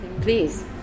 please